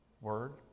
word